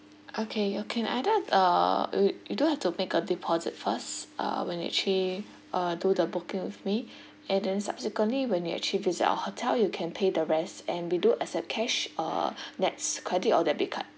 okay you can either uh you you do have to make a deposit first uh when you actually uh do the booking with me and then subsequently when you actually visit our hotel you can pay the rest and we do accept cash uh nets credit or debit card